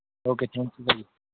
okay thank you ਭਾਜੀ